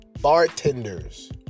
bartenders